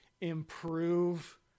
improve